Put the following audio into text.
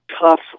tough